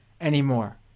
anymore